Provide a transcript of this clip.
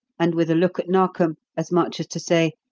and with a look at narkom as much as to say,